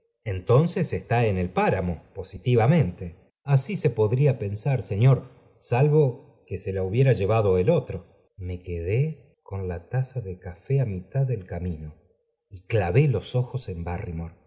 entonces está en el páramo positivamente asi se podría pensar señor salvo que se la hubiera llevado el otro me quedé con la taza de café á mitad del camino y clave los ojos en